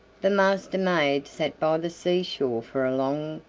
the master-maid sat by the sea-shore for a long,